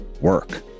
work